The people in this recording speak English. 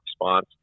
response